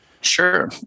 sure